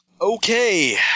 Okay